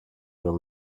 will